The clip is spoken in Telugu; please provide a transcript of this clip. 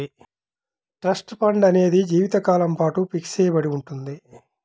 ట్రస్ట్ ఫండ్ అనేది జీవితకాలం పాటు ఫిక్స్ చెయ్యబడి ఉంటుంది